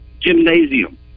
Gymnasium